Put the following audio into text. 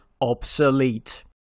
obsolete